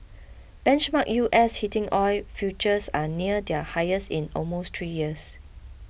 benchmark U S heating oil futures are near their highest in almost three years